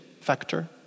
factor